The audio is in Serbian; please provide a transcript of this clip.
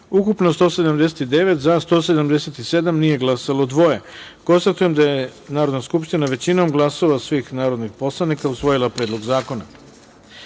ukupno 179, za – 177, nije glasalo – dvoje. Konstatujem da je Narodna skupština većinom glasova svih narodnih poslanik usvojila Predlog